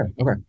Okay